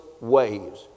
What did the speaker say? ways